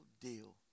deal